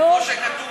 ואיום.